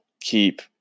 keep